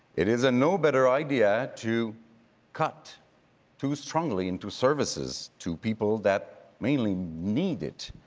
it is a no better idea to cut too strongly into services to people that mainly need it.